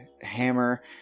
hammer